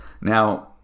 Now